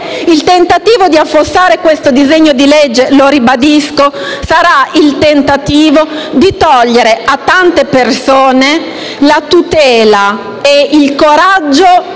il tentativo di affossare questo disegno di legge, lo ribadisco, sarebbe il tentativo di togliere a tante persone la tutela e il coraggio